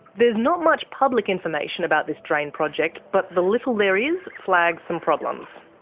there's not much public information about this drain project, but the little there is flags some problems.